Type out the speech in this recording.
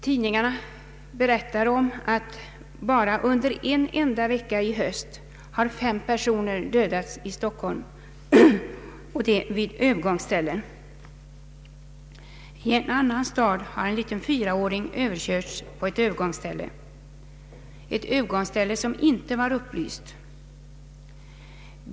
Tidningarna berättar om att bara under en enda vecka i höst har fem personer dödats vid övergångsställen i Stockholm. I en annan stad har en liten fyraåring överkörts på ett övergångsställe som inte var upplyst.